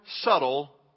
subtle